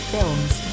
Films